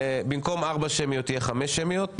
במקום 4 הצבעות שמיות יהיו 5 הצבעות שמיות,